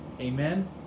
Amen